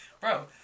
bro